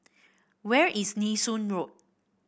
where is Nee Soon Road